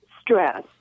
stress